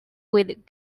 with